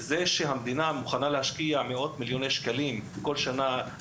זה שהמדינה מוכנה להשקיע מאות מיליוני שקלים לטובת